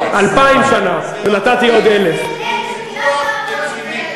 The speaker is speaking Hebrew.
2,000 שנה ונתתי עוד 1,000. חבר הכנסת אקוניס,